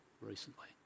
recently